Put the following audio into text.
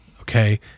okay